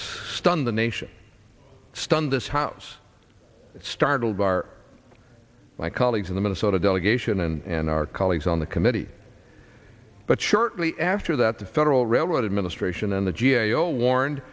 stunned the nation stunned this house startled our my colleagues in the minnesota delegation and our colleagues on the committee but shortly after that the federal railroad administration and the g a o warned